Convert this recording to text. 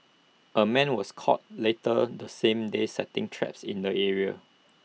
A man was caught later the same day setting traps in the area